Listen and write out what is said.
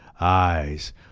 eyes